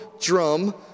drum